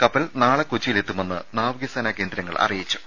കപ്പൽ നാളെ കൊച്ചിയിൽ എത്തുമെന്ന് നാവിക സേനാ കേന്ദ്രങ്ങൾ അറിയിച്ചു